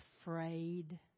afraid